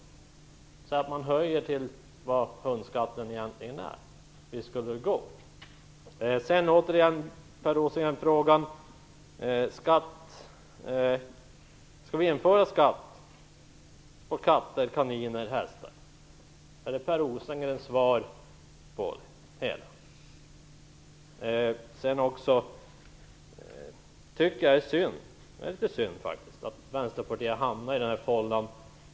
Man bör se till vad hundskatten verkligen är. Är den frågan Per Rosengrens svar på det hela? Jag tycker att det är synd att Vänsterpartiet har hamnat i den här fållan.